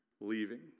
leaving